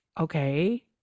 okay